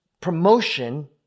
Promotion